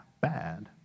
bad